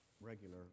regular